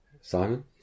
Simon